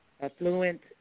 affluent